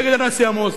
נגד הנביא עמוס,